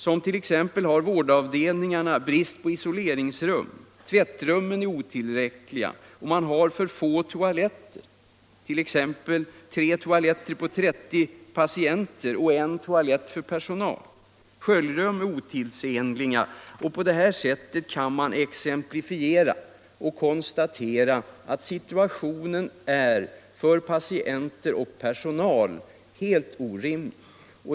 Så t.ex. har vårdavdelningarna brist på område område 140 isoleringsrum, tvättrummen är olämpliga och man har för få toaletter, t.ex. tre toaletter på 30 patienter och en toalett för personalen. Sköljrummen är otidsenliga. Man kan konstatera att situationen för patienter och personal är helt orimlig.